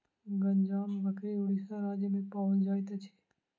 गंजाम बकरी उड़ीसा राज्य में पाओल जाइत अछि